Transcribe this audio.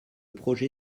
projet